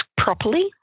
properly